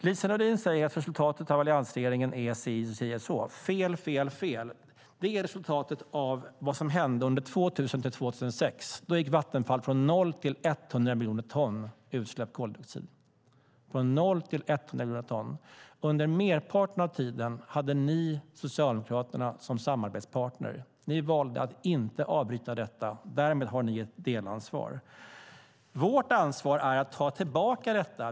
Lise Nordin säger att resultatet av alliansregeringen är si eller så - fel, fel, fel! Det är resultatet av vad som hände 2000-2006. Då gick Vattenfall från 0 till 100 miljoner ton utsläppt koldioxid. Under merparten av den tiden hade ni Socialdemokraterna som samarbetspartner, och ni valde att inte avbryta detta. Därmed har ni ett delansvar. Vårt ansvar är att ta tillbaka detta.